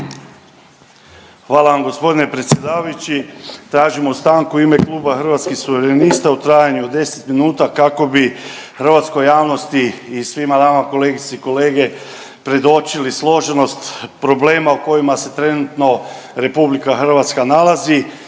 Hvala vam g. predsjedavajući. Tražimo stanku u ime Kluba Hrvatskih suverenista u trajanju od 10 minuta kako bi hrvatskoj javnosti i svima vama kolegice i kolege predočili složenost problema u kojima se trenutno RH nalazi.